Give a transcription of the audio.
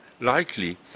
likely